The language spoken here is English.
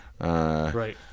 Right